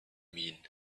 mean